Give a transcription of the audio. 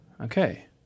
Okay